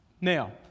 Now